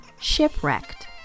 Shipwrecked